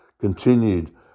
continued